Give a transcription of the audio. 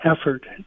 effort